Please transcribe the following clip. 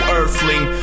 earthling